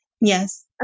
Yes